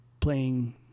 playing